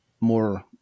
more